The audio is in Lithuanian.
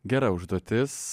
gera užduotis